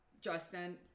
Justin